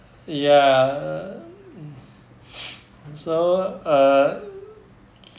ya err mm so uh